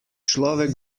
človek